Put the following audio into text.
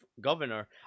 governor